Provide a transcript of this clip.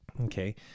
Okay